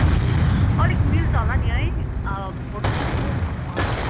ए अलिक मिल्छ होला नि है फोटोसुट म हजुर